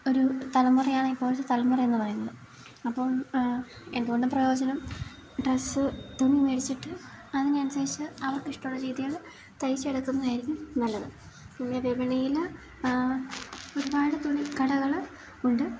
ഒരു തലമുറയാണ് ഇപ്പോഴത്തെ തലമുറയെന്ന് പറയുന്നത് അപ്പം എന്ത്കൊണ്ടും പ്രയോജനം ഡ്രസ്സ് തുണി മേടിച്ചിട്ട് അതിനനുസരിച്ച് അവർക്കിഷ്ടുള്ള രീതികള് തയിച്ചെടുക്കുന്നതായിരിക്കും നല്ലത് പിന്നെ വിപണിയില് ഒരുപാട് തുണി കടകള് ഉണ്ട്